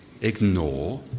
ignore